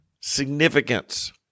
significance